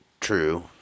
true